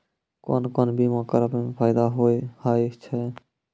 कोन कोन बीमा कराबै मे फायदा होय होय छै?